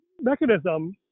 mechanism